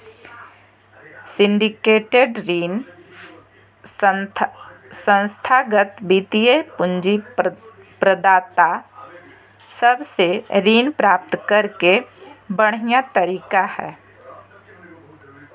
syndicated ऋण संस्थागत वित्तीय पूंजी प्रदाता सब से ऋण प्राप्त करे के बढ़िया तरीका हय